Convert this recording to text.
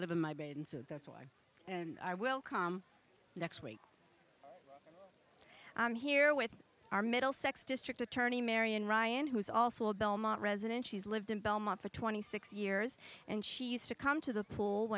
live in my bed and so that's why and i will come next week i'm here with our middlesex district attorney marian ryan who's also a belmont resident she's lived in belmont for twenty six years and she used to come to the pool